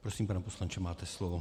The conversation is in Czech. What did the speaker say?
Prosím, pane poslanče, máte slovo.